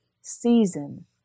season